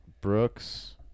Brooks